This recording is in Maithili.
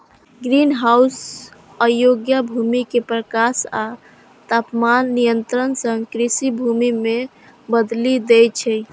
ग्रीनहाउस अयोग्य भूमि कें प्रकाश आ तापमान नियंत्रण सं कृषि भूमि मे बदलि दै छै